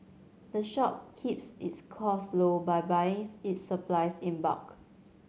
the shop keeps its costs low by buying its supplies in bulk